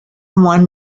one